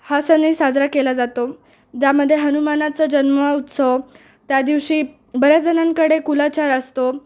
हा सणही साजरा केला जातो त्यामध्ये हनुमानाचा जन्म उत्सव त्या दिवशी बऱ्याच जणांकडे कुलाचार असतो